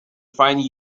find